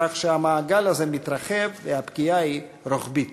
כך שהמעגל הזה מתרחב והפגיעה היא רוחבית.